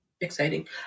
exciting